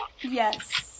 Yes